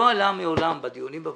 לא עלה מעולם בדיונים בוועדה,